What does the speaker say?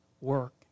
work